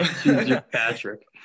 patrick